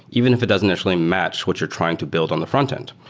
even if it doesn't actually match what you're trying to build on the frontend.